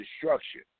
destruction